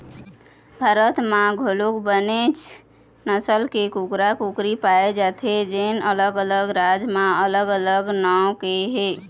भारत म घलोक बनेच नसल के कुकरा, कुकरी पाए जाथे जेन अलग अलग राज म अलग अलग नांव के हे